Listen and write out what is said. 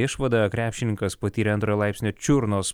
išvada jog krepšininkas patyrė antroji laipsnio čiurnos